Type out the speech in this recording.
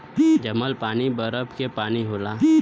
जमल पानी बरफ के पानी होला